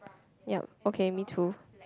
yup okay me too